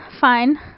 fine